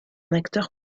acteur